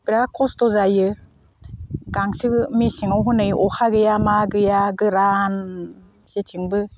बिराद खस्थ' जायो गांसो मेसेंआव हनै अखा गैया मा गैया गोरान जेथिंबो